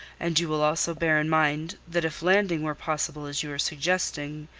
and you will also bear in mind that if landing were possible as you are suggesting,